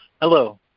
hello